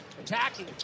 attacking